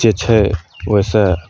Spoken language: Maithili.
जे छै ओहिसऽ